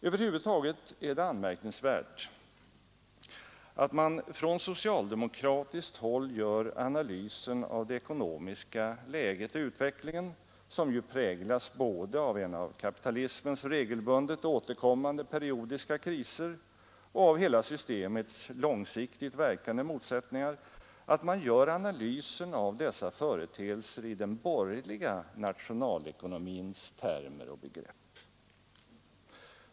Över huvud taget är det anmärkningsvärt att man från socialdemokratiskt håll gör analysen av det ekonomiska läget och utvecklingen, som ju präglas både av en av kapitalismens regelbundet återkommande periodiska kriser och av det kapitalistiska systemets långsiktigt verkande motsättningar, att man gör analysen av dessa företeelser i den borgerliga nationalekonomins termer och begrepp.